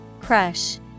Crush